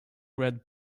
red